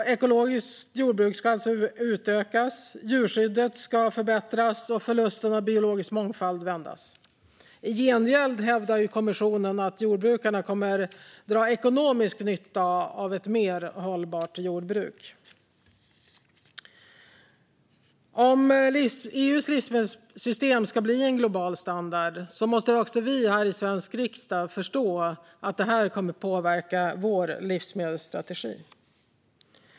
Det ekologiska jordbruket ska utökas, djurskyddet förbättras och förlusten av biologisk mångfald vändas. I gengäld hävdar kommissionen att jordbrukarna kommer att dra ekonomisk nytta av ett mer hållbart jordbruk. Vi i Sveriges riksdag måste förstå att arbetet med att göra EU:s livsmedelssystem till global standard kommer att påverka vår livsmedelsstrategi.